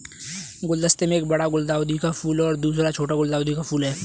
गुलदस्ते में एक बड़ा गुलदाउदी का फूल और दूसरा छोटा गुलदाउदी का फूल है